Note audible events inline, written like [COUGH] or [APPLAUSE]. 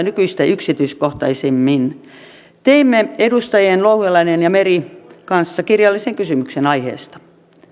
[UNINTELLIGIBLE] nykyistä yksityiskohtaisemmin teimme edustajien louhelainen ja meri kanssa kirjallisen kysymyksen aiheesta